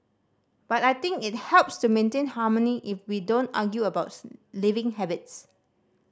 but I think it helps to maintain harmony if we don't argue about living habits